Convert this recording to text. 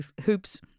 hoops